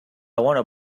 want